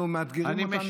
אנחנו, מאתגרים אותנו.